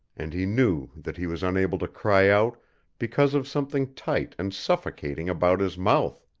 and he knew that he was unable to cry out because of something tight and suffocating about his mouth.